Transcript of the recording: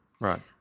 Right